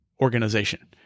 organization